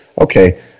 okay